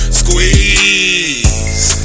squeeze